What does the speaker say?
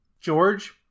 George